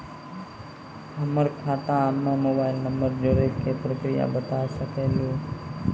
हमर खाता हम्मे मोबाइल नंबर जोड़े के प्रक्रिया बता सकें लू?